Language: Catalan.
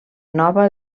nova